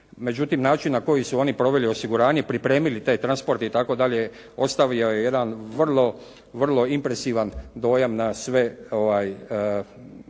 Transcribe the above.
Međutim, način na koji su oni proveli osiguranje, pripremili taj transport itd. ostavio je jedan vrlo impresivan dojam na svo